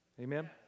Amen